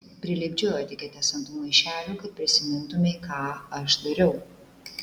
prilipdžiau etiketes ant tų maišelių kad prisimintumei ką aš dariau